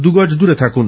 দু গজ দূরে থাকুন